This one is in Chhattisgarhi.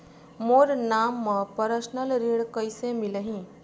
मोर नाम म परसनल ऋण कइसे मिलही?